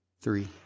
Three